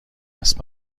است